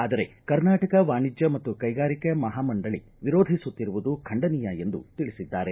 ಆದರೆ ಕರ್ನಾಟಕ ವಾಣಿಜ್ಯ ಮತ್ತು ಕೈಗಾರಿಕೆ ಮಹಾ ಮಂಡಳಿ ವಿರೋಧಿಸುತ್ತಿರುವುದು ಖಂಡನೀಯ ಎಂದು ತಿಳಿಸಿದ್ದಾರೆ